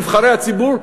נבחרי הציבור,